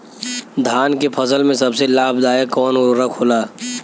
धान के फसल में सबसे लाभ दायक कवन उर्वरक होला?